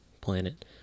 planet